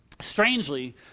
Strangely